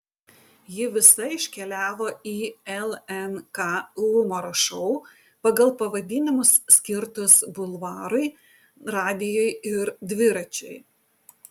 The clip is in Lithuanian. ji visa iškeliavo į lnk humoro šou pagal pavadinimus skirtus bulvarui radijui ir dviračiui